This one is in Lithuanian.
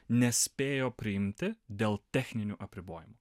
nespėjo priimti dėl techninių apribojimų